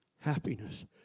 happiness